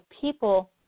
people